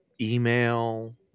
email